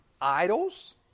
idols